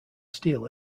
steal